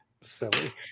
silly